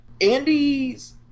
Andy's